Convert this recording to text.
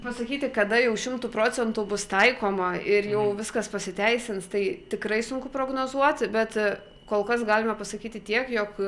pasakyti kada jau šimtu procentų bus taikoma ir jau viskas pasiteisins tai tikrai sunku prognozuoti bet kol kas galima pasakyti tiek jog